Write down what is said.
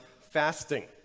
fasting